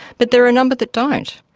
but there are a number that don't.